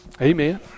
Amen